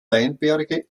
weinberge